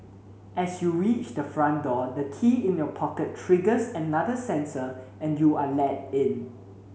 as you reach the front door the key in your pocket triggers another sensor and you are let in